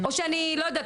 או שאני לא יודעת,